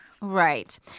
Right